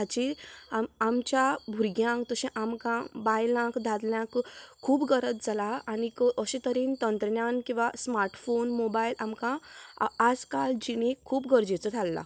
हाची आम आमच्या भुरग्यांक तशें आमकां बायलांक दादल्यांक खूब गरज जाला आनीक अशें तरेन तंत्रज्ञान किंवां स्मार्टफोन मोबायल आमकां आज काल जिणेंत खूब गरजेचो थारला